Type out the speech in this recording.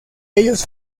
ellos